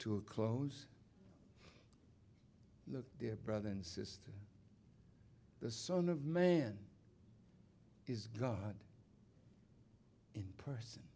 a close there brother and sister the son of man is god in person